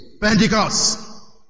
Pentecost